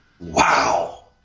Wow